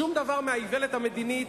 שום דבר מהאיוולת המדינית,